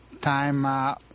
time